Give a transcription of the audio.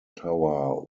tower